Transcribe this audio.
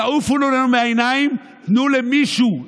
תעופו לנו מהעיניים, תנו למישהו.